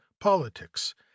politics